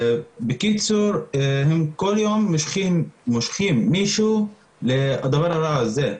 בקיצור הם כל יום מושכים מישהו לדבר הרע הזה.